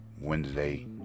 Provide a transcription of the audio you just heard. Wednesday